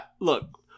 look